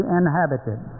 inhabited